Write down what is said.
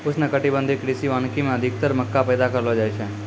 उष्णकटिबंधीय कृषि वानिकी मे अधिक्तर मक्का पैदा करलो जाय छै